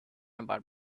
about